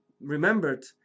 remembered